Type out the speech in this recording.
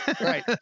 Right